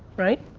right?